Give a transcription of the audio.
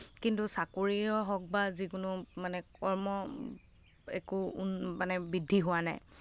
কিন্তু যিকোনো চাকৰিয়েই হওক বা যিকোনো মানে কৰ্ম একো মানে বৃদ্ধি হোৱা নাই